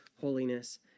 holiness